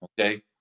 okay